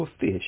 fish